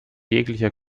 jeglicher